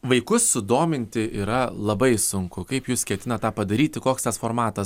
vaikus sudominti yra labai sunku kaip jūs ketinat tą padaryti koks tas formatas